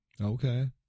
Okay